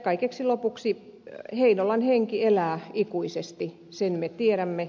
kaikeksi lopuksi heinolan henki elää ikuisesti sen me tiedämme